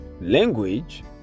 language